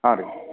ಹಾಂ ರೀ